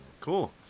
cool